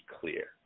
clear